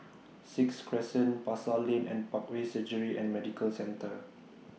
Sixth Crescent Pasar Lane and Parkway Surgery and Medical Centre